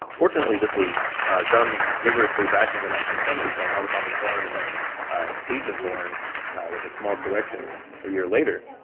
fortunately this was done rigorously back in the nineteen seventy s by navikov and thorne and then page and thorne with a small correction ah year later.